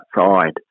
outside